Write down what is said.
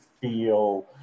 feel